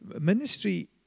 Ministry